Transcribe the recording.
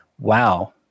wow